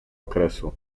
okresu